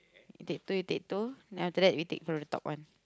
you take two you take two then after that we take from the top one